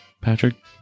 Patrick